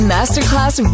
Masterclass